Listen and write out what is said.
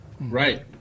right